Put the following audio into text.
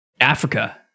Africa